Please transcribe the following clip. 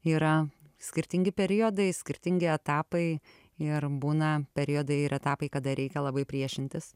yra skirtingi periodai skirtingi etapai ir būna periodai ir etapai kada reikia labai priešintis